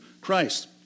Christ